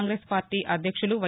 Congress party అధ్యక్షులు why